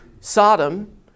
Sodom